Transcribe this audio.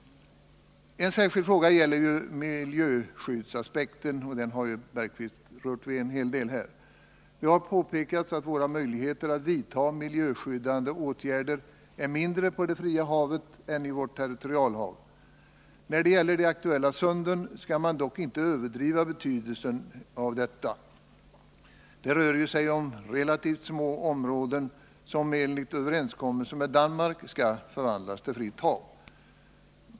En särskild fråga gäller miljöskyddsaspekten, som Jan Bergqvist ganska ingående har berört här. Det har påpekats att våra möjligheter att vidta miljöskyddande åtgärder är mindre på det fria havet än i vårt territorialhav. När det gäller de aktuella sunden skall man dock inte överdriva betydelsen härav. Det rör sig ju om relativt små områden, som enligt överenskommelsen med Danmark skall förvandlas till fritt hav.